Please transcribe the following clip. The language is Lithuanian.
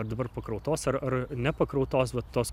dabar pakrautos ar ar nepakrautos va tos